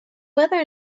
weather